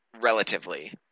relatively